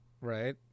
Right